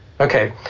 Okay